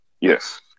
Yes